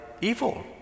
evil